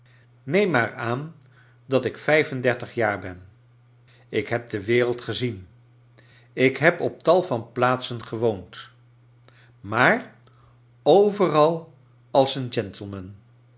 neem maar aan dat ik vijfendertig jaar ben ik heb de wereld gezien ik heb op tal van plaatsen gewoond maar overal als een gentleman